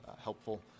helpful